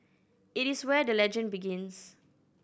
it is where the legend begins